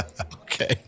Okay